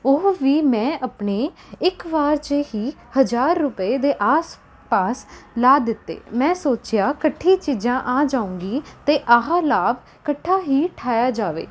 ਉਹ ਵੀ ਮੈਂ ਆਪਣੇ ਇੱਕ ਵਾਰ 'ਚ ਹੀ ਹਜ਼ਾਰ ਰੁਪਏ ਦੇ ਆਸ ਪਾਸ ਲਗਾ ਦਿੱਤੇ ਮੈਂ ਸੋਚਿਆ ਇਕੱਠੀ ਚੀਜ਼ਾਂ ਆ ਜਾਵੇਗੀ ਅਤੇ ਆਹ ਲਾਭ ਇਕੱਠਾ ਹੀ ਉਠਾਇਆ ਜਾਵੇ